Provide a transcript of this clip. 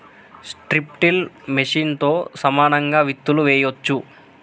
strip till మెషిన్తో సమానంగా విత్తులు వేయొచ్చు